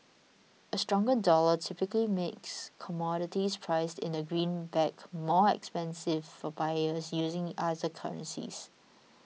a stronger dollar typically makes commodities priced in the greenback more expensive for buyers using other currencies